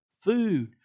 food